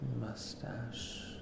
mustache